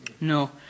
No